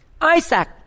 Isaac